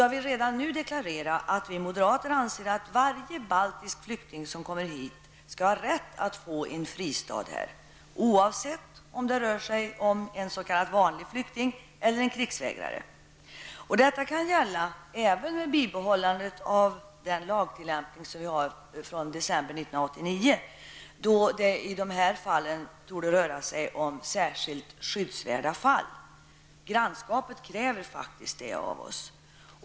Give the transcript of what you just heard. Jag vill redan nu deklarera att vi moderater anser att varje baltisk flykting som kommer hit skall ha rätt att få en fristad här -- oavsett om det rör sig om en ''vanlig'' flykting eller en krigsvägrare. Detta kan gälla även med bibehållandet av den lagtillämpning som vi har från december 1989, eftersom det i dessa fall torde röra sig om särskilt ''skyddsvärda fall''. Grannskapet kräver faktiskt detta av oss.